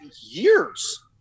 years